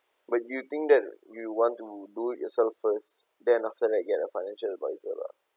when you think that you want to do it yourself first then after that you get a financial advisor lah